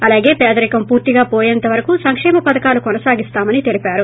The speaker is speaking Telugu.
అలాగే పేదరికం పూర్తిగా పోయేంతవరకు సంకేమ పధకాలు కొనసాగిస్తోమని తెలిపారు